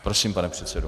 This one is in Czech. Prosím, pane předsedo.